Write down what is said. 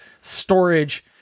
storage